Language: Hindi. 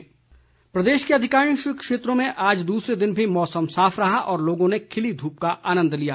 मौसम प्रदेश के अधिकांश क्षेत्रों में आज दूसरे दिन भी मौसम साफ रहा और लोगों ने खिली धूप का आनन्द लिया